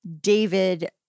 David